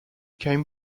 came